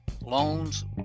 Loans